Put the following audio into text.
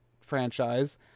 franchise